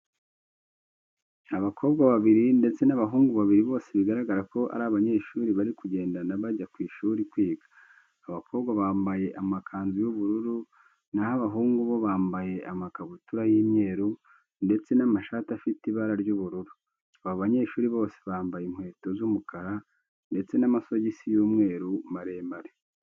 Abakobwa babiri ndetse n'abahungu babiri bose bigaragara ko ari abanyeshuri bari kugendana bajya ku ishuri kwiga. Abakobwa bambaye amakanzu y'ubururu, naho abahungu bo bambaye amakabutura y'imyeru ndetse n'amashati afite ibara ry'ubururu. Aba banyeshuri bose bambaye inkweto z'umukara ndetse n'amasogisi y'umweru maremare.